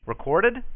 recorded